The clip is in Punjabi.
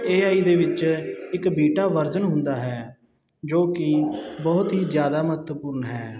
ਏ ਆਈ ਦੇ ਵਿੱਚ ਇੱਕ ਬੀਟਾ ਵਰਜ਼ਨ ਹੁੰਦਾ ਹੈ ਜੋ ਕਿ ਬਹੁਤ ਹੀ ਜਿਆਦਾ ਮਹੱਤਵਪੂਰਨ ਹੈ